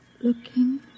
Looking